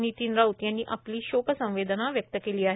नितीन राऊत यांनी आपली शोक संवेदना व्यक्त केली आहे